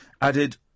added